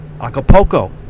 Acapulco